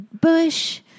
Bush